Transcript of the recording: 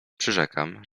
przyrzekam